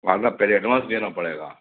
आधा पहले एडवांस देना पड़ेगा